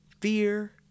fear